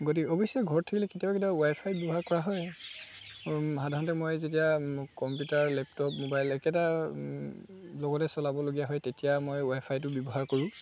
গতিক অৱশ্যে ঘৰত থাকিলে কেতিয়াবা কেতিয়াবা ৱাই ফাই ব্যৱহাৰ কৰা হয় সাধাৰণতে মই যেতিয়া কম্পিউটাৰ লেপটপ মোবাইল একেটা লগতে চলাবলগীয়া হয় তেতিয়া মই ৱাইফাইটো ব্যৱহাৰ কৰোঁ